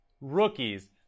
rookies